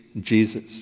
Jesus